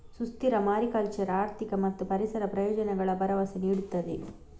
ಸುಸ್ಥಿರ ಮಾರಿಕಲ್ಚರ್ ಆರ್ಥಿಕ ಮತ್ತು ಪರಿಸರ ಪ್ರಯೋಜನಗಳ ಭರವಸೆ ನೀಡುತ್ತದೆ